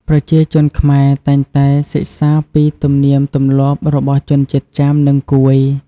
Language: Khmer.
ប្រជាជនខ្មែរតែងតែសិក្សាពីទំនៀមទម្លាប់របស់ជនជាតិចាម និងកួយ។